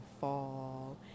fall